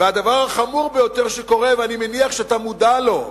והדבר החמור ביותר שקורה, ואני מניח שאתה מודע לו,